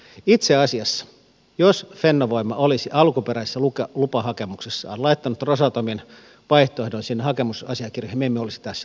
itse asiassa jos fennovoima olisi alkuperäisessä lupahakemuksessaan laittanut rosatomin vaihtoehdon sinne hakemusasiakirjaan me emme olisi tässä tänään